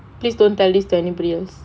please don't tell this to anybody else